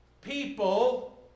People